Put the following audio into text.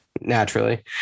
naturally